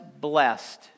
blessed